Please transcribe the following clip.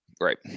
Right